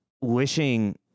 wishing